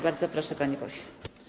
Bardzo proszę, panie pośle.